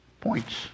points